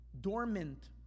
dormant